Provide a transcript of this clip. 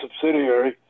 subsidiary